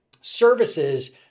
services